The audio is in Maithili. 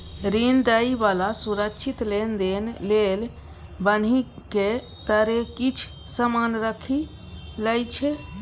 ऋण दइ बला सुरक्षित लेनदेन लेल बन्हकी तरे किछ समान राखि लइ छै